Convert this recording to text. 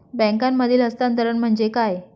बँकांमधील हस्तांतरण म्हणजे काय?